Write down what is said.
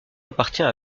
appartient